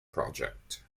project